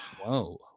Whoa